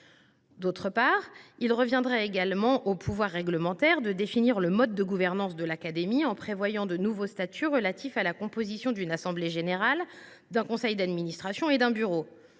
membres. Il reviendrait également au pouvoir réglementaire de définir le mode de gouvernance de l’Académie en prévoyant de nouveaux statuts relatifs à la composition d’une assemblée générale, d’un conseil d’administration et d’un bureau.